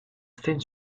seyne